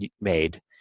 made